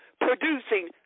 Producing